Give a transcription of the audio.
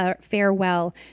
farewell